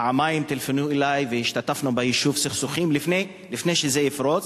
הם פעמיים טלפנו אלי והשתתפנו ביישוב סכסוכים לפני שזה יפרוץ.